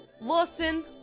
Lawson